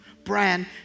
Brand